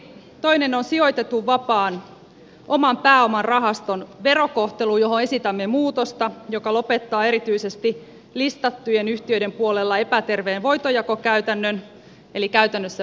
toinen on sijoitetun vapaan oman pääoman rahaston verokohtelu johon esitämme muutosta joka lopettaa erityisesti listattujen yhtiöiden puolella epäterveen voitonjakokäytännön eli käytännössä veronkierron